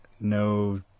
no